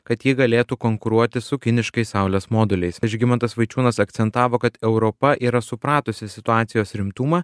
kad ji galėtų konkuruoti su kiniškais saulės moduliais žygimantas vaičiūnas akcentavo kad europa yra supratusi situacijos rimtumą